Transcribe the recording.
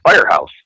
firehouse